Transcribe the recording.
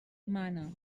mana